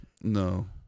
No